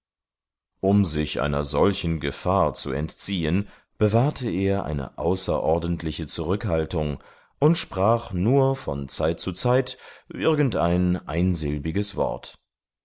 um sich einer solchen gefahr zu entziehen bewahrte er eine außerordentliche zurückhaltung und sprach nur von zeit zu zeit irgendein einsilbiges wort